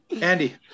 Andy